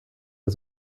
der